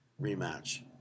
rematch